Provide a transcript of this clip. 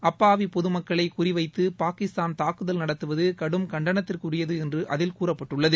அப்பாவி பொது மக்களை குறிவைத்து பாகிஸ்தான் தாக்குதல் நடத்துவது கடும் கண்டனத்திற்குரியது என்று அதில் கூறப்பட்டுள்ளது